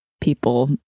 people